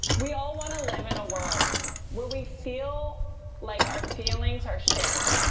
we all want to live in a world where we feel like our feelings are shared,